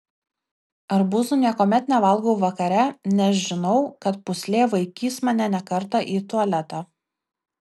arbūzų niekuomet nevalgau vakare nes žinau kad pūslė vaikys mane ne kartą į tualetą